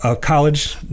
College